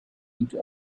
into